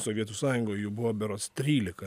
sovietų sąjungoj jų buvo berods trylika